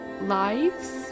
lives